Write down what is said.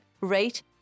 rate